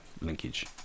linkage